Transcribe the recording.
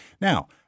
now